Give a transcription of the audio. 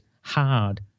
hard